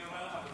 אני אומר לך.